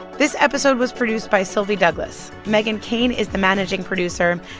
this episode was produced by sylvie douglis. meghan keane is the managing producer.